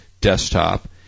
desktop